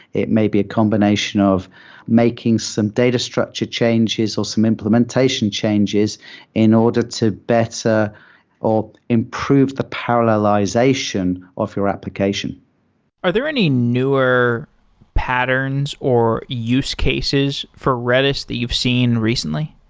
it may be a combination of making some data structure changes or some implementation changes in order to better improve the parallelization of your application are there any newer patterns or use cases for redis the you've seen recently?